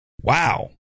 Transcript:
Wow